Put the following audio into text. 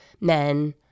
men